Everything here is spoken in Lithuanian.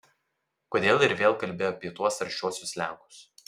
kodėl ir vėl kalbi apie tuos aršiuosius lenkus